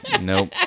nope